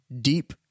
deep